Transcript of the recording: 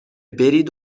برید